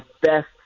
best